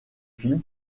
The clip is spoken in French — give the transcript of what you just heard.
film